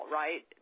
right